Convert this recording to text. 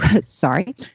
sorry